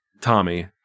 Tommy